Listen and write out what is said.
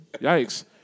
yikes